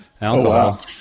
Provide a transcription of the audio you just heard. alcohol